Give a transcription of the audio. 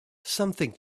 something